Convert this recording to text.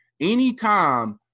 anytime